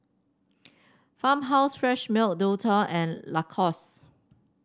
Farmhouse Fresh Milk Dualtron and Lacoste